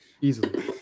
Easily